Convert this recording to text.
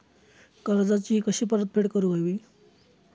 कर्जाची कशी परतफेड करूक हवी?